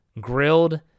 grilled